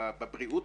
בבריאות,